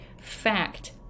fact